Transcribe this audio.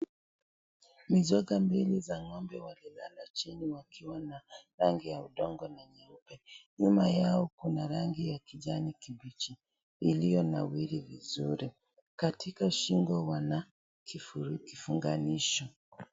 Mizoga mbili za ng'ombe walilala chini wakiwa na rangi ya udongo na nyeupe. Nyuma yao kuna rangi ya kijani kibichi iliyonawiri vizuri. Katika shingo wana kifunganisho.